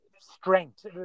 strength